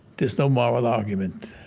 there's no moral argument.